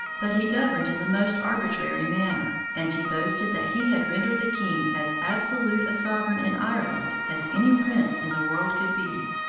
but he governed in the most arbitrary manner, and he boasted that he had rendered the king as absolute a sovereign in ireland as any prince in the world could be.